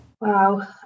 Wow